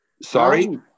Sorry